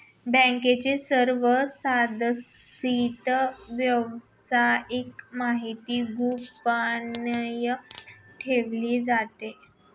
बँकेच्या सर्व सदस्यांची वैयक्तिक माहिती गोपनीय ठेवली जाते